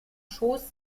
schoß